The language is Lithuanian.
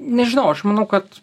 nežinau aš manau kad